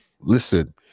Listen